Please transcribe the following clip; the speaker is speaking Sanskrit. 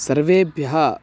सर्वेभ्यः